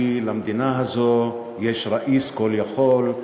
כי למדינה הזאת יש ראיס כול-יכול,